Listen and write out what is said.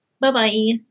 Bye-bye